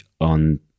on